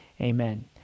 amen